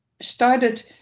started